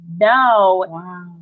no